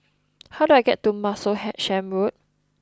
how do I get to Martlesham Road